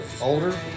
older